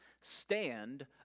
Stand